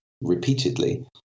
repeatedly